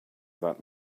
that